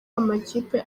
amakipe